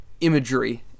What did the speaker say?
imagery